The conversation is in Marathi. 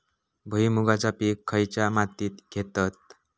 भुईमुगाचा पीक खयच्या मातीत घेतत?